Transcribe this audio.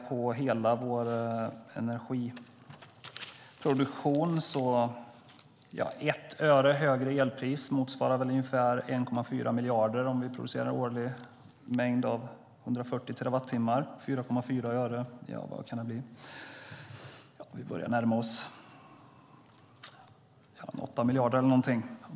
På hela vår energiproduktion motsvarar 1 öre ca 1,4 miljarder om vi årligen producerar 140 terawattimmar, så 4,4 öre blir väl närmare 8 miljarder.